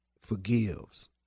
forgives